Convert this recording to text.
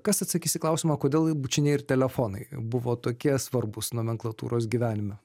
kas atsakys į klausimą kodėl bučiniai ir telefonai buvo tokie svarbūs nomenklatūros gyvenime